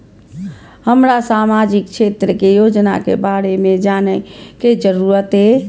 हमरा सामाजिक क्षेत्र के योजना के बारे में जानय के जरुरत ये?